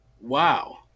Wow